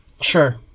Sure